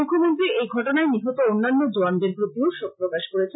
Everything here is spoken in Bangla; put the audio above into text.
মুখ্যমন্ত্রী এই ঘটনায় নিহত অন্যান্য জোওয়ানদের প্রতিও শোক প্রকাশ করেছেন